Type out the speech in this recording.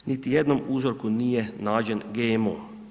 Niti jednom uzorku nije nađen GMO.